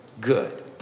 good